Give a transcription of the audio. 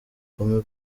bugome